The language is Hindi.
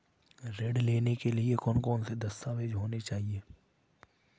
ऋण लेने के लिए कौन कौन से दस्तावेज होने चाहिए?